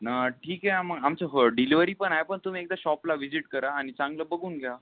न ठीक आहे आ मग आमचं हो डिलिवरी पण आहे पण तुम्ही एकदा शॉपला विजीट करा आणि चांगलं बघून घ्या